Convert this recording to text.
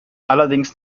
allerdings